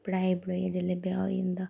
पढ़ाई पढ़ुइयै जेल्लै ब्याह् होई जंदा